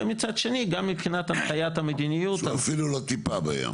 ומצד שני גם מבחינת הנחיית המדיניות --- שהוא אפילו לא טיפה בים,